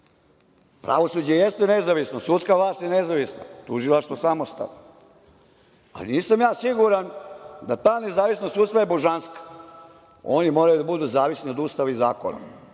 jeste nezavisno, sudska vlast je nezavisna, tužilaštvo samostalno, a nisam siguran da ta nezavisnost sudstva je božanska, oni moraju da budu zavisni od Ustava i zakona.